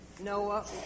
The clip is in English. Noah